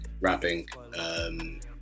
rapping